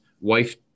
wife